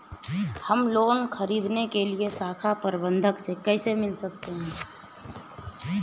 हम लोन ख़रीदने के लिए शाखा प्रबंधक से कैसे मिल सकते हैं?